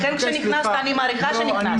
לכן כשנכנסת, אני מעריכה שנכנסת.